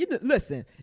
Listen